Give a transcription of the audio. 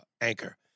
anchor